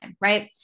right